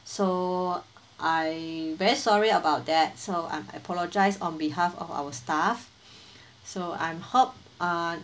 so I'm very sorry about that so I'm apologise on behalf of our staff so I'm hope uh